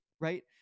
Right